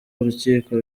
urukiko